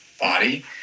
body